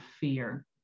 fear